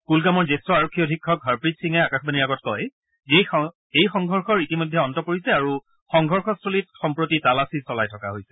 কুলগামৰ জ্যেষ্ঠ আৰক্ষী অধীক্ষক হৰপ্ৰীত সিঙে আকাশবাণীৰ আগত কয় যে এই সংঘৰ্ষৰ ইতিমধ্যে অন্ত পৰিছে আৰু সংঘৰ্ষস্থলীত সম্প্ৰতি তালাচি চলাই থকা হৈছে